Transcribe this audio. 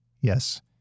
Yes